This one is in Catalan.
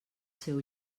seu